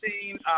seen